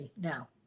now